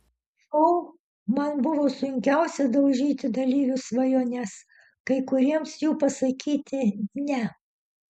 šou man buvo sunkiausia daužyti dalyvių svajones kai kuriems jų pasakyti ne